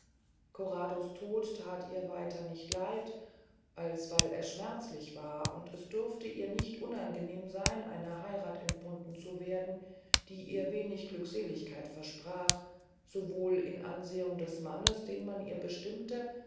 corrado's tod that ihr weiter nicht leid als weil er schmerzlich war und es durfte ihr nicht unangenehm seyn einer heyrath entbunden zu werden die ihr wenig glückseligkeit versprach sowohl in ansehung des mannes den man ihr bestimmte